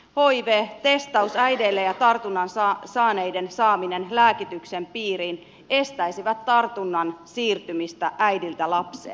hiv testaus äideille ja tartunnan saaneiden saaminen lääkityksen piiriin estäisivät tartunnan siirtymistä äidiltä lapseen